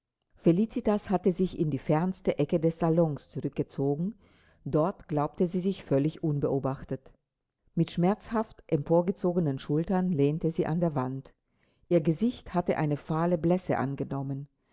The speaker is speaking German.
felicitas hatte sich in die fernste ecke des salons zurückgezogen dort glaubte sie sich völlig unbeobachtet mit schmerzhaft emporgezogenen schultern lehnte sie an der wand ihr gesicht hatte eine fahle blässe angenommen